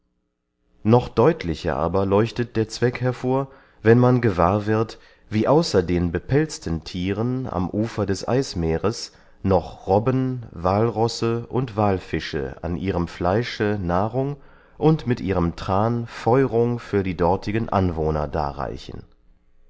noch deutlicher aber leuchtet der zweck hervor wenn man gewahr wird wie außer den bepelzten thieren am ufer des eismeeres noch robben wallrosse und wallfische an ihrem fleische nahrung und mit ihrem thran feurung für die dortigen anwohner darreichen